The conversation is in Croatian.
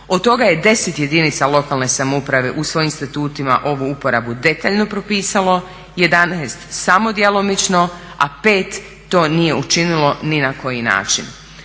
Od toga je 10 jedinica lokalne samouprave u svojim statutima ovu uporabu detaljno propisalo, 11 samo djelomično a 5 to nije učinilo ni na koji način.